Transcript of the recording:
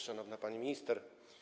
Szanowna Pani Minister!